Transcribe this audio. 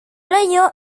ello